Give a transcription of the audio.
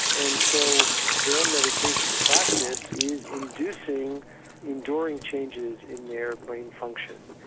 and so their meditation practice is inducing enduring changes in their brain function.